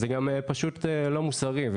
זה גם פשוט לא מוסרי.